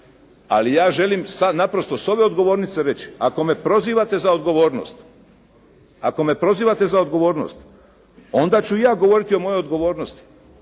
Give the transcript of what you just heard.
ali ja želim sada naprosto s ove govornice reći, ako me prozivate za odgovornost, ako me prozivate za odgovornost,